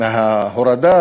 מההורדה,